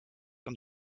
and